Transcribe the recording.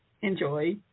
enjoy